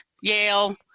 Yale